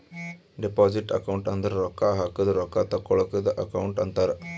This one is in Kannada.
ಡಿಪೋಸಿಟ್ ಅಕೌಂಟ್ ಅಂದುರ್ ರೊಕ್ಕಾ ಹಾಕದ್ ರೊಕ್ಕಾ ತೇಕ್ಕೋಳದ್ ಅಕೌಂಟ್ ಅಂತಾರ್